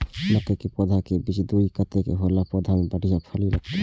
मके के पौधा के बीच के दूरी कतेक होला से पौधा में बढ़िया फली लगते?